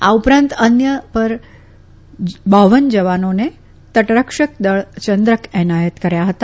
આ ઉપરાંત અન્ય પર જવાનોને તટરક્ષક દળ ચંદ્રક એનાયત કર્યા હતા